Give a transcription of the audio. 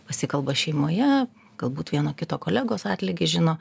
pasikalba šeimoje galbūt vieno kito kolegos atlygį žino